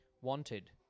Wanted